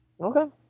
Okay